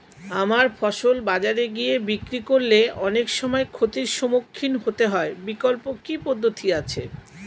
আমার ফসল বাজারে গিয়ে বিক্রি করলে অনেক সময় ক্ষতির সম্মুখীন হতে হয় বিকল্প কি পদ্ধতি আছে?